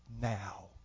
now